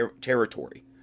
territory